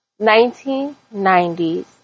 1990s